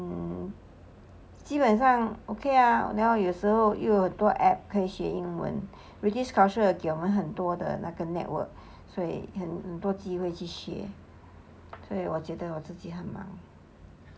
mm 基本上 okay ah 有时候又有多 app 可以学英文 british council 又给我们很多的那个 network 所以很多机会去学所以我觉得我自己很满